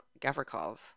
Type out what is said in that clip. Gavrikov